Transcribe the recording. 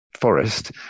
forest